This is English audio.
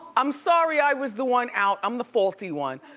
i'm sorry i was the one out, i'm the faulty one.